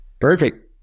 Perfect